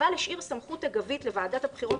אבל השאיר סמכות אגבית לוועדת הבחירות